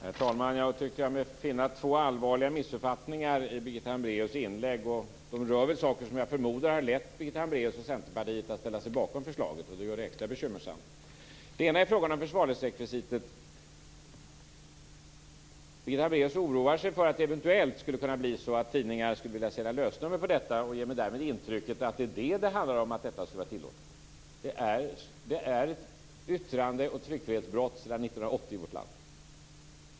Herr talman! Jag tyckte mig finna två allvarliga missuppfattningar i Birgitta Hambraeus inlägg. De rör saker som, förmodar jag, har lett Birgitta Hambraeus och Centerpartiet till att ställa sig bakom förslaget här. Det gör det hela extra bekymmersamt. Dels gäller det försvarlighetsrekvisitet. Birgitta Hambraeus oroar sig för att det eventuellt blir så att tidningar vill sälja lösnummer och ger därmed intrycket att det handlar om att detta skulle vara tillåtet. Men detta är ett yttrande och tryckfrihetsbrott sedan 1980 i vårt land.